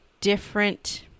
different